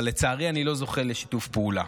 אבל לצערי, אני לא זוכה לשיתוף פעולה.